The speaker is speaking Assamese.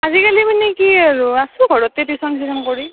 আজিকালি মানে ক আৰু আছোঁ ঘৰতে টিউশ্যন চিউশ্যন কৰি